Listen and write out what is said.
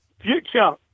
Future